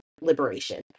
liberation